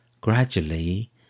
gradually